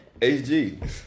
HG